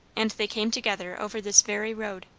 and they came together over this very road.